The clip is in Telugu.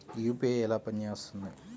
యూ.పీ.ఐ ఎలా పనిచేస్తుంది?